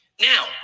Now